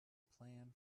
plan